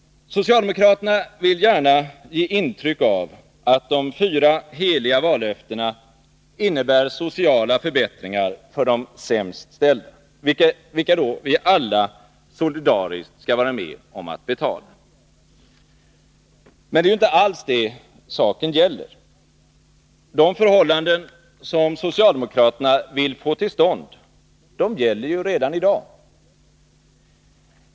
Socialdemokraterna vill gärna ge intryck av att de fyra heliga vallöftena innebär sociala förbättringar för de sämst ställda, vilka vi alla solidariskt skall vara med om att betala. Men det är ju inte alls det som saken gäller. De förhållanden som socialdemokraterna vill få till stånd, de gäller ju redan i dag.